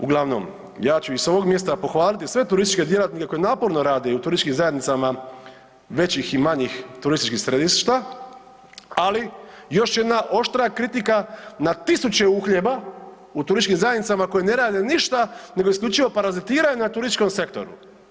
Uglavnom, ja ću i s ovog mjesta pohvaliti sve turističke djelatnike koji naporno rade i u turističkim zajednicama većih i manjih turističkih središta, ali još jedna oštra kritika na tisuće uhljeba u turističkim zajednicama koje ne rade ništa nego isključivo parazitiraju na turističkom sektoru.